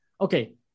okay